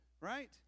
right